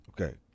Okay